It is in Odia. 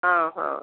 ହଁ ହଁ